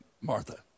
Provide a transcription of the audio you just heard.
Martha